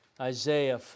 Isaiah